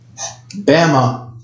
Bama